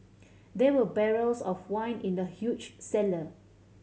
there were barrels of wine in the huge cellar